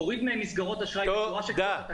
תוריד מהם מסגרות אשראי בצורה שכזאת,